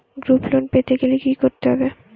Group loan পেতে গেলে কি করতে হবে?